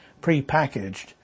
prepackaged